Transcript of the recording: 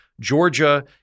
Georgia